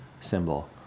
symbol